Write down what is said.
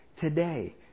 Today